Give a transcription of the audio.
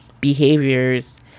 behaviors